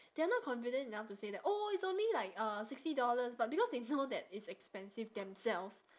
they are not confident enough to say that oh it's only like uh sixty dollars but because they know that it's expensive themselves